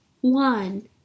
one